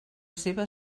seva